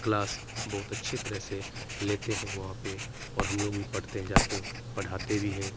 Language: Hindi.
क्लास बहुत अच्छी तरह से लेते हैं वहाँ पे और हम लोग भी पढ़ते हैं जाके पढ़ाते भी हैं